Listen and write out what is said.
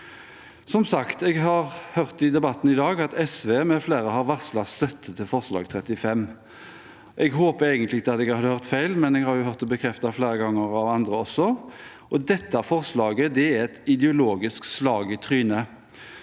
Som sagt har jeg hørt i debatten i dag at SV mfl. har varslet støtte til forslag nr. 35. Jeg håper egentlig at jeg har hørt feil, men jeg har jo hørt det bekreftet flere ganger av andre også. Dette forslaget er et ideologisk slag i trynet